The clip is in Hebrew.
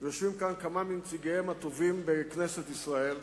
יושבים כאן כמה מנציגיהם הטובים בכנסת ישראל,